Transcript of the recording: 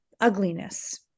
ugliness